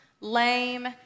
lame